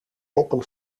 toppen